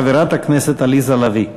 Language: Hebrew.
חברת הכנסת עליזה לביא.